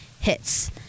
hits